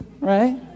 right